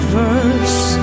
verse